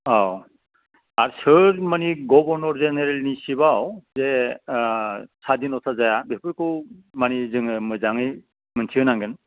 औ आरो सोर मानि गभर्नेर जेनेरेलनि सिफयाव जे सादिनथा जाया बेफोरखौ मानि जोङो मोजाङै मोनथिहोनांगोन